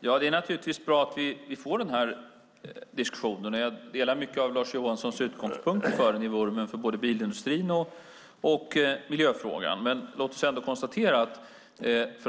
Fru talman! Det är naturligtvis bra att vi får den här diskussionen, och jag delar mycket av Lars Johanssons utgångspunkter både för bilindustrin och i miljöfrågan. Men låt oss ändå, för